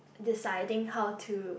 deciding how to